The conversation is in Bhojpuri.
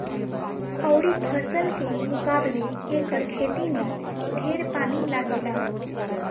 अउरी फसल के मुकाबले एकर खेती में ढेर पानी लागेला